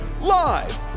live